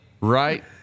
right